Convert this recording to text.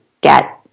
get